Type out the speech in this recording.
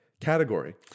category